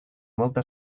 molta